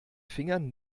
fingern